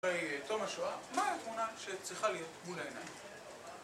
תום השואה, מה התמונה שצריכה להיות מול העיניים?